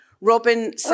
Robin